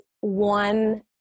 one